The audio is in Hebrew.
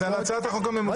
זה על הצעת החוק הממוזגת.